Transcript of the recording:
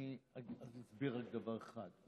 אסביר רק דבר אחד.